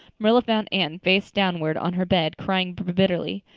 marilla found anne face downward on her bed, crying bitterly,